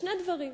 שני דברים: